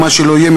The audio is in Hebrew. ומה שלא יהיה,